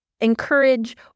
encourage